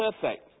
perfect